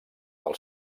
del